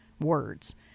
words